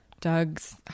doug's